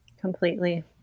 Completely